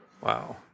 wow